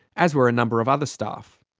as were a number of other staff.